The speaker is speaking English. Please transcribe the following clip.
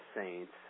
Saints